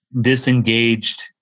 disengaged